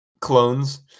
clones